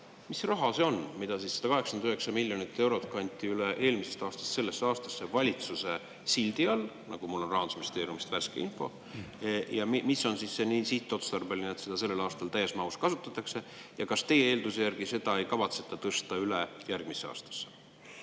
Mis raha see 189 miljonit eurot on, mis kanti üle eelmisest aastast sellesse aastasse valitsuse sildi all – mul on Rahandusministeeriumist värske info – ja mis on nii sihtotstarbeline, et seda sellel aastal täies mahus kasutatakse? Kas teie eelduse järgi seda ei kavatseta tõsta üle järgmisse aastasse?